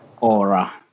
Aura